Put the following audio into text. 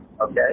Okay